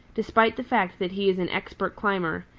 despite the fact that he is an expert climber,